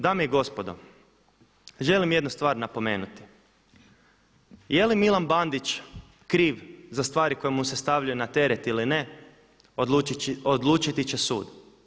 Dame i gospodo, želim jednu stvar napomenuti, jeli Milan Bandić kriv za stvari koje mu se stavljaju na teret ili ne, odlučiti će sud.